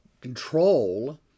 control